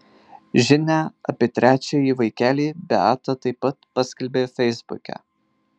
žinią apie trečiąjį vaikelį beata taip pat paskelbė feisbuke